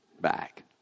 back